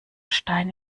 stein